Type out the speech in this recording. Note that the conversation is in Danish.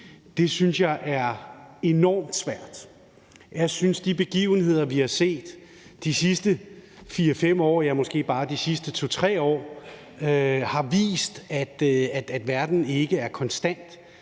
er enormt svært. Jeg synes, de begivenheder, vi har set de sidste 4-5 år, ja, måske endda bare de sidste 2-3 år, har vist, at verden ikke er konstant,